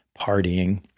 partying